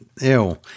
Ew